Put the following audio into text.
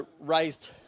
raised